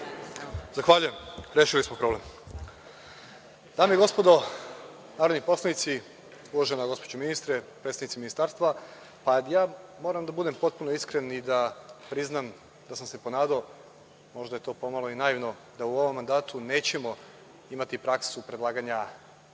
Zahvaljujem. Dame i gospodo narodni poslanici, uvažena gospođo ministre, predstavnici Ministarstva, moram da budem potpuno iskren i da priznam da sam se ponadao, možda je to pomalo i naivno, da u ovom mandatu nećemo imati praksu predlaganja